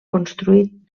construït